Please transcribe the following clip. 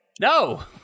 No